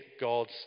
God's